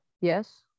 Yes